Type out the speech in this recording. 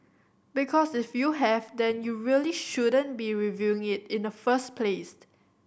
because if you have then you really shouldn't be reviewing it in the first place